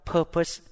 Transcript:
purpose